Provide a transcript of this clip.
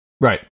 Right